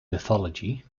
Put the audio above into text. mythology